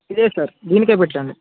ఇదే సార్ దీనికే పెట్టాను